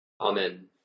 Amen